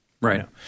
right